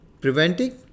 preventing